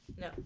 No